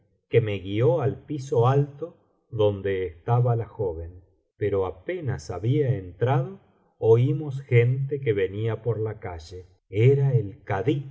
que me guió al piso alto donde estaba la joven pero apenas había entrado oímos gente que venía por la calle era el kadí